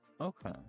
okay